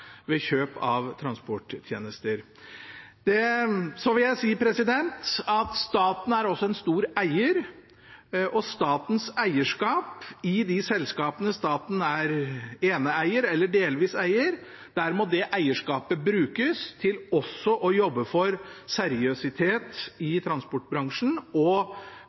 ved kjøp av transporttjenester. Staten er også en stor eier, og statens eierskap i de selskapene staten er eneeier eller delvis eier i, må brukes til også å jobbe for seriøsitet i transportbransjen og